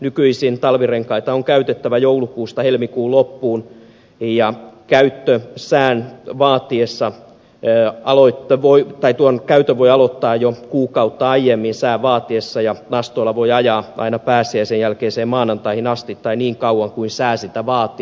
nykyisin talvirenkaita on käytettävä joulukuusta helmikuun loppuun ja käytön voi aloittaa jo kuukautta aiemmin sään vaatiessa ja nastoilla voi ajaa aina pääsiäisen jälkeiseen maanantaihin asti tai niin kauan kuin sää sitä vaatii